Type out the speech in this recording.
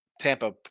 Tampa